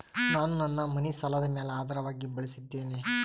ನಾನು ನನ್ನ ಮನಿ ಸಾಲದ ಮ್ಯಾಲ ಆಧಾರವಾಗಿ ಬಳಸಿದ್ದೇನೆ